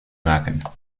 maken